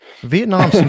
vietnam